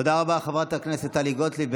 תודה רבה, חברת הכנסת טלי גוטליב.